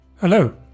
Hello